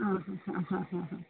ആ ഹാഹാഹാഹാഹാ